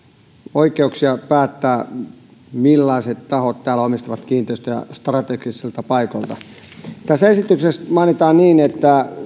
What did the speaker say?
oikeuksia päättää millaiset tahot täällä omistavat kiinteistöjä strategisilta paikoilta tässä esityksessä mainitaan että